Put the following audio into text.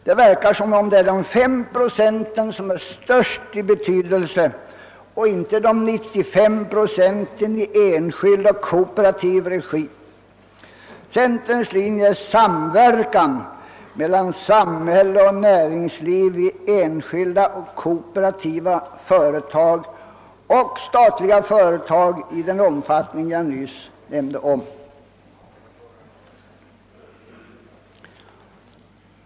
Det verkar som om det är dessa 5 procent som har den största betydelsen och inte de 95 procenten i enskild och kooperativ regi. Centerns linje är samverkan mellan samhälle och näringsliv i enskilda och kooperativa företag och i statliga företag i den omfattning jag nyss nämnde.